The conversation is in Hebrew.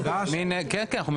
רביזיה.